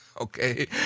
Okay